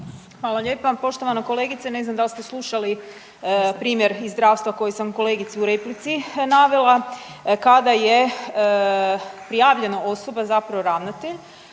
Hvala lijepa. Poštovana kolegice, ne znam da l' ste slušali primjer iz zdravstva koji sam kolegici u replici navela, kada je prijavljeno osoba, zapravo ravnatelj,